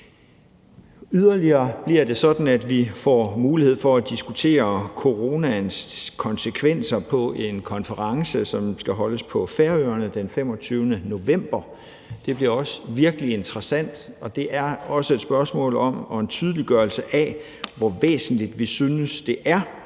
Yderligere bliver det sådan, at vi får mulighed for at diskutere coronaens konsekvenser på en konference, som skal holdes på Færøerne den 25. november. Det bliver også virkelig interessant, og det er også et spørgsmål om og en tydeliggørelse af, hvor væsentligt vi synes, det er,